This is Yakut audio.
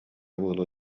буолуо